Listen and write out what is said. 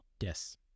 Yes